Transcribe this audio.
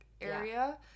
area